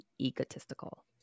egotistical